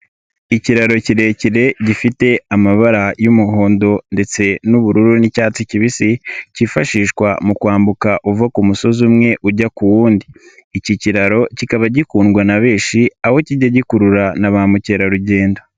Ikiraro kirekire gifite amabara y'umuhondo ndetse n'ubururu n'icyatsi kibisi, cyifashishwa mu kwambuka uva ku musozi umwe ujya ku wundi. Iki kiraro kikaba gikundwa na benshi, aho kijya gikurura na ba mukerarugendo.